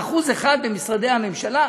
1% במשרדי הממשלה.